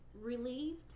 relieved